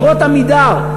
דירות "עמידר",